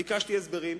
ביקשתי הסברים,